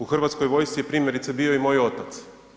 U Hrvatskoj vojsci je primjerice bio i moj otac.